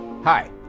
Hi